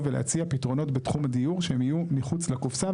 ולהציע פתרונות בתחום הדיור שהם יהיו מחוץ לקופסא,